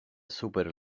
super